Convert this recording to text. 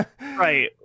Right